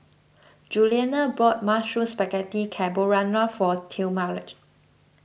Juliana bought Mushroom Spaghetti Carbonara for Talmadge